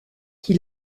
qui